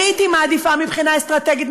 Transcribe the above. הייתי מעדיפה מבחינה אסטרטגית,